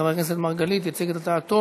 חבר הכנסת מרגלית יציג את הצעתו